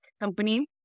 company